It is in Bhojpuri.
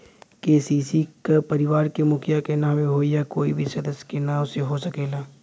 के.सी.सी का परिवार के मुखिया के नावे होई या कोई भी सदस्य के नाव से हो सकेला?